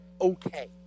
okay